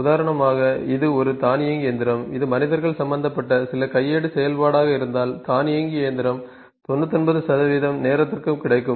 உதாரணமாக இது ஒரு தானியங்கி இயந்திரம் இது மனிதர்கள் சம்பந்தப்பட்ட சில கையேடு செயல்பாடாக இருந்தால் தானியங்கி இயந்திரம் 99 நேரத்திற்கும் கிடைக்கும்